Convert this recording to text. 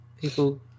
people